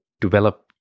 develop